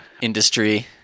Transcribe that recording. industry